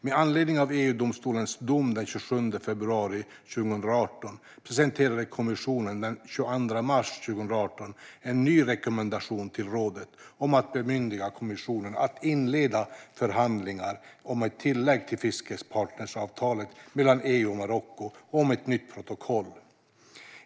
Med anledning av EU-domstolens dom den 27 februari 2018 presenterade kommissionen den 22 mars 2018 en ny rekommendation till rådet om att bemyndiga kommissionen att inleda förhandlingar om ett tillägg till fiskepartnersavtalet mellan EU och Marocko och om ett nytt protokoll.